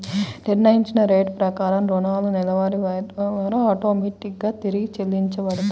నిర్ణయించిన రేటు ప్రకారం రుణాలు నెలవారీ వాయిదాల ద్వారా ఆటోమేటిక్ గా తిరిగి చెల్లించబడతాయి